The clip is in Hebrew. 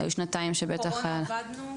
היו שנתיים שבטח היה --- קורונה עבדנו.